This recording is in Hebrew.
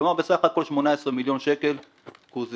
כלומר, בסך הכל 18 מיליון שקל קוזזו,